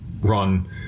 run